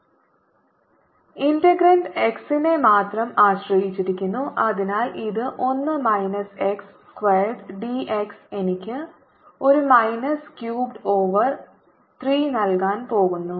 dlVy∂x Vx∂ydxdy integrand x നെ മാത്രം ആശ്രയിച്ചിരിക്കുന്നു അതിനാൽ ഇത് 1 minus x squared d x എനിക്ക് ഒരു മൈനസ് ക്യൂബ്ഡ് ഓവർ 3 നൽകാൻ പോകുന്നു